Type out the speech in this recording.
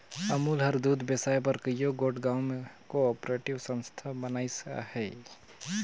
अमूल हर दूद बेसाए बर कइयो गोट गाँव में को आपरेटिव संस्था बनाइस अहे